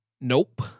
Nope